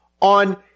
on